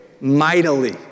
mightily